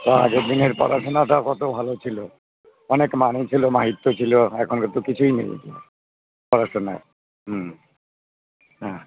হ্যাঁ আগের দিনের পড়াশোনাটা কত ভালো ছিলো অনেক মানও ছিলো মাহাত্য ছিলো এখনের তো কিছুই নেই পড়াশোনার হুম হ্যাঁ